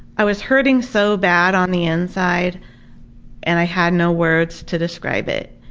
i was hurting so bad on the inside and i had no words to describe it.